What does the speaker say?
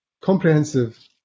comprehensive